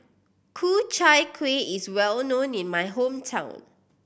Ku Chai Kuih is well known in my hometown